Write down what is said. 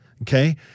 Okay